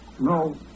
No